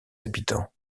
habitants